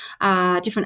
different